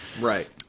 Right